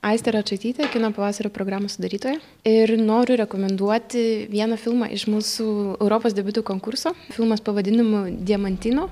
aistė račaitytė kino pavasario programos sudarytoja ir noriu rekomenduoti vieną filmą iš mūsų europos debiutų konkurso filmas pavadinimu diamantino